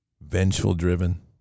vengeful-driven